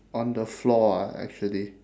on the floor ah actually